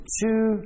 two